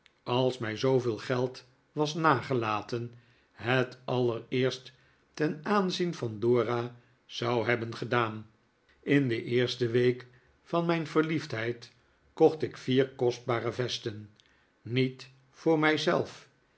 als mij zooveel geld was nagelaten het allereerst ten aanzien van dora zou hebben gedaan in de eerste week van mijn verliefdheid kocht ik vier kostbare vesten niet voor